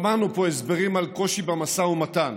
שמענו פה הסברים על קושי במשא ומתן.